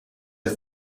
are